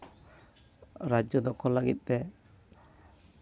ᱨᱟᱡᱽᱡᱚ ᱫᱚᱠᱷᱚᱞ ᱞᱟᱹᱜᱤᱫ ᱛᱮ